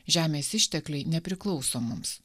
žemės ištekliai nepriklauso mums